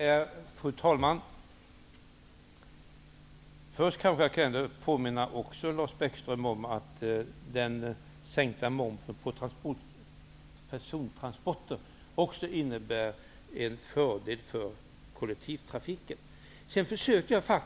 Fru talman! Först vill jag påminna Lars Bäckström om att den sänkta momsen på persontransporter också är till fördel för kollektivtrafiken.